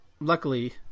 luckily